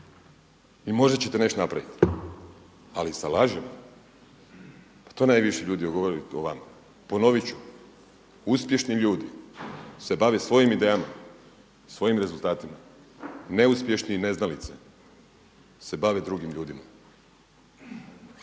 i možda ćete nešto napraviti. Ali sa lažima? To najviše ljudi govori o vama. Ponovit ću, uspješni ljudi se bave svojim idejama, svojim rezultatima, neuspješni i neznalice se bave drugim ljudima.